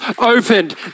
opened